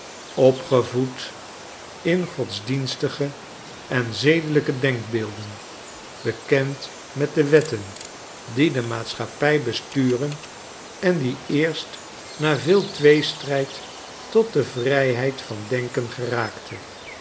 opgevoed in godsdienstige en zedelijke denkbeelden bekend met de wetten die de maatschappij besturen en die eerst na veel tweestrijd tot de vrijheid van denken geraakte